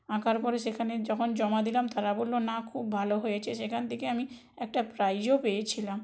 আঁকার পরে সেখানে যখন জমা দিলাম তারা বললো না খুব ভালো হয়েছে সেখান থেকে আমি একটা প্রাইজও পেয়েছিলাম